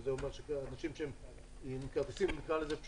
שזה אומר שאנשים עם כרטיסים יותר פשוטים,